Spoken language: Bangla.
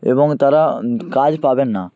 এবং তারা কাজ পাবেন না